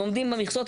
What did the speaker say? הם עומדים במכסות,